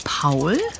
Paul